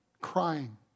crying